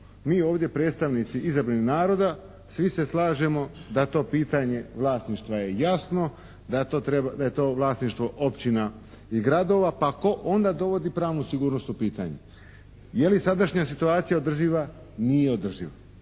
mi ovdje predstavnici izabrani od naroda, svi se slažemo da to pitanje vlasništva je jasno, da je to vlasništvo općina i gradova pa tko onda dovodi pravnu sigurnost u pitanje? Je li sadašnja situacija održiva? Nije održiva?